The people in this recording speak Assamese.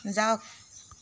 যাওক